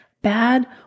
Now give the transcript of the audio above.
bad